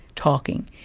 talking,